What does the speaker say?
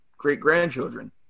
great-grandchildren